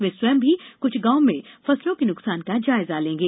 वे स्वयं भी कुछ गांव में फसलों के नुकसान का जायजा लेंगे